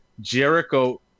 Jericho